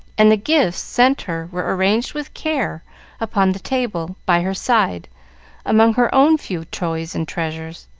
and the gifts sent her were arranged with care upon the table by her side among her own few toys and treasures.